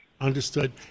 Understood